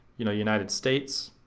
you know united states,